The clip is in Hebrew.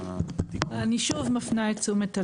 אני שוב מפנה את תשומת הלב.